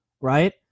right